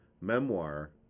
memoir